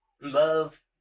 love